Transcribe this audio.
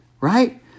right